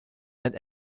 and